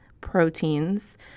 proteins